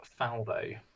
Faldo